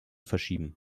verschieben